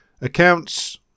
accounts